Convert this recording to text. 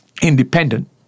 independent